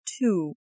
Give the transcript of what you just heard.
two